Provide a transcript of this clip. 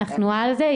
אנחנו על זה.